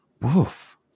Woof